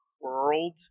world